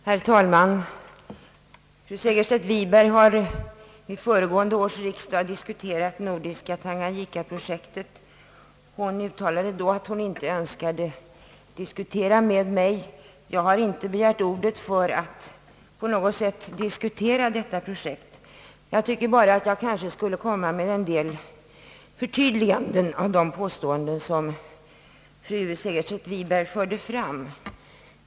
Herr talman! Fru Segerstedt Wiberg talade vid föregående års riksdag om det nordiska tanganyikaprojektet och sade då, att hon inte önskade diskutera med mig. Jag har inte begärt ordet för att på något sätt debattera detta projekt med henne — jag tycker bara att jag borde göra en del förtydliganden med anledning av de påståenden hon nu fört fram.